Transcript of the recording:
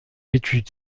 étude